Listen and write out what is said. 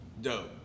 Dope